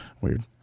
Weird